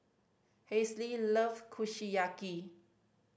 Hazelle loves Kushiyaki